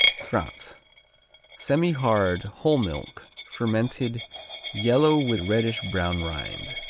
france semihard whole milk fermented yellow, with reddish brown rind.